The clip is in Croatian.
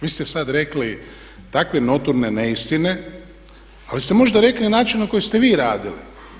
Vi ste sad rekli takve notorne neistine, ali ste možda rekli na način na koji ste vi radili.